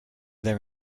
their